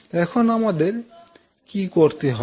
এখন আমাদের কি করতে হবে